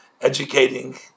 educating